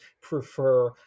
prefer